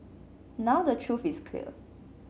now the truth is clear